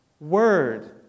word